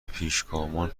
پیشگامان